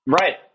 Right